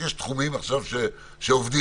יש תחומים עכשיו שעובדים.